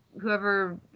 whoever